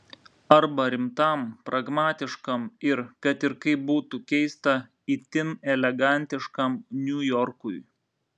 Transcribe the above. arba rimtam pragmatiškam ir kad ir kaip būtų keista itin elegantiškam niujorkui